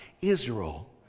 Israel